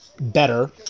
Better